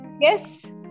Yes